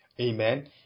Amen